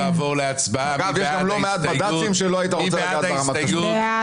יש גם לא מעט בד"צים שלא היית רוצה לגעת ברמת הכשרות שלהם.